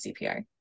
CPR